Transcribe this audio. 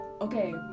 okay